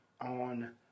on